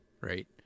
Right